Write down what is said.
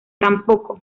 tampoco